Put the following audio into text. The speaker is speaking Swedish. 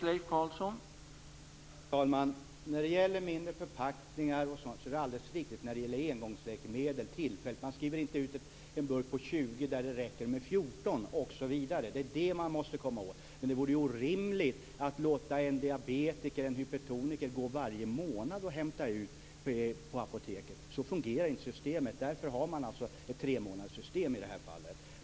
Herr talman! När det gäller mindre förpackningar läkemedel är det alldeles riktigt, som Ingrid Burman säger, att man skriver ut mindre engångsförpackningar. Man skriver inte ut en burk på 20 tabletter om det räcker med 14. Det är det man måste komma åt. Det vore orimligt att låta en diabetiker eller en hypertoniker gå och hämta ut medicin på apoteket varje månad. Så fungerar inte systemet. Därför har vi alltså ett tremånaderssystem i det här fallet.